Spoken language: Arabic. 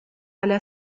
على